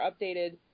updated